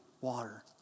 water